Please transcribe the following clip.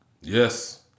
Yes